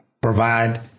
provide